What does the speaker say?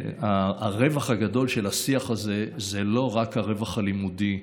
הרווח הגדול של השיח הזה זה לא רק הרווח הלימודי,